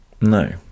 no